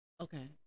Okay